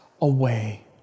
away